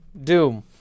Doom